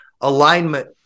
alignment